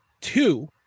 Two